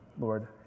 Lord